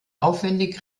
aufwendig